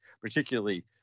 particularly